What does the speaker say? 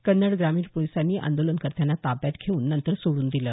कन्नड ग्रामीण पोलिसांनी आंदोलनकर्त्यांना ताब्यात घेऊन नंतर सोडून दिलं